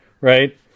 right